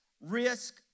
risk